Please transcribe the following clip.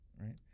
right